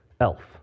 Elf